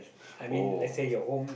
oh